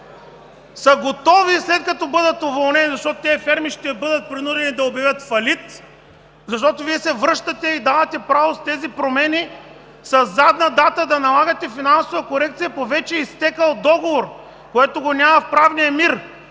са готови, след като бъдат уволнени, защото тези ферми ще бъдат принудени да обявят фалит. Защото Вие се връщате и давате право с тези промени със задна дата да налагате финансова корекция по вече изтекъл договор, което го няма в правния мир!